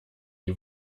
die